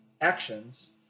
actions